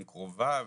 עם קרוביו,